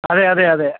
അതെ അതെ അതെ